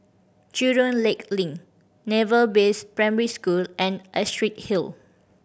Jurong Lake Link Naval Base Primary School and Astrid Hill